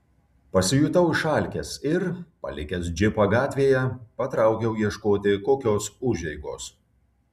pasijutau išalkęs ir palikęs džipą gatvėje patraukiau ieškoti kokios užeigos